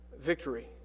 victory